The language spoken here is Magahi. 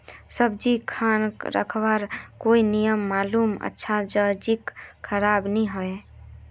सब्जी खान रखवार कोई नियम मालूम अच्छा ज की खराब नि होय?